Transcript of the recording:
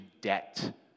debt